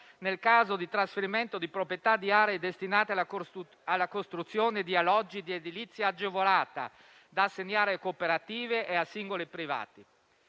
nel caso di trasferimento di proprietà di aree destinate alla costruzione di alloggi di edilizia agevolata, da assegnare a cooperative e a singoli privati.